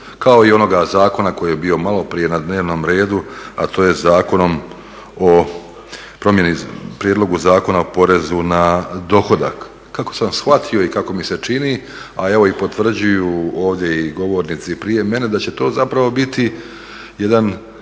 kao i onoga zakona koji je bio malo prije na dnevnom redu, a to je Prijedlog zakona o porezu na dohodak. Kako sam shvatio i kako mi se čini, a evo potvrđuju ovdje i govornici prije mene da će to zapravo biti jedan,